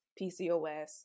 PCOS